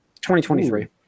2023